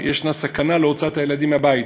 יש סכנה בהוצאת הילדים מהבית.